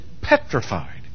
petrified